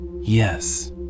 Yes